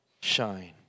shine